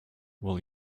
will